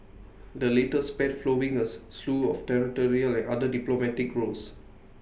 the latest spat flowing A slew of territorial and other diplomatic rows